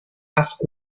asked